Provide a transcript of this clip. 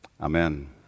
Amen